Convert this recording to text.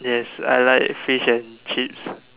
yes I like fish and chips